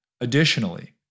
Additionally